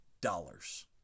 dollars